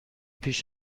پیش